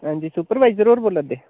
हां जी सुपरवाइजर होर बोलै'रदे